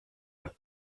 man